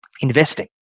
Investing